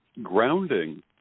grounding